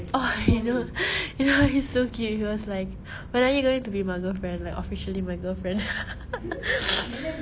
oh you know you know he's so cute he was like when are you going to be my girlfriend like officially my girlfriend